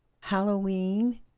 Halloween